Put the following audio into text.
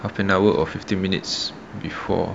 half an hour or fifteen minutes before